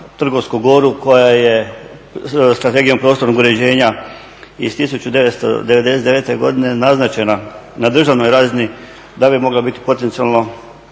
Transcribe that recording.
Trgovsku goru koja je Strategijom prostornog uređenja iz 1999. godine naznačena na državnoj razini da bi mogla biti potencijalno